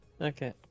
Okay